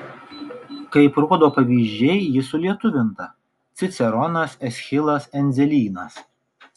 kaip rodo pavyzdžiai ji sulietuvinta ciceronas eschilas endzelynas